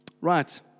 Right